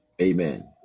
Amen